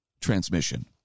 transmission